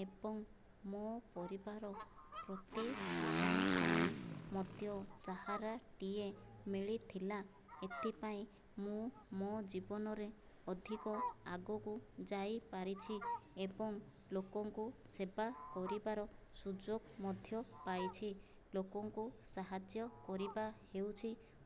ଏବଂ ମୋ ପରିବାର ପ୍ରତିପୋଷଣ ପାଇଁ ମଧ୍ୟ ସାହାରାଟିଏ ମିଳିଥିଲା ଏଥିପାଇଁ ମୁଁ ମୋ ଜୀବନରେ ଅଧିକ ଆଗକୁ ଯାଇପାରିଛି ଏବଂ ଲୋକଙ୍କୁ ସେବା କରିବାର ସୁଯୋଗ ମଧ୍ୟ ପାଇଛି ଲୋକଙ୍କୁ ସାହାଯ୍ୟ କରିବା ହେଉଛି